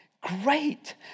great